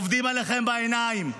עובדים עליכם בעיניים.